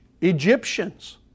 Egyptians